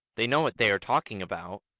they know what they are talking about!